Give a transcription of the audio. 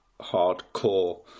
hardcore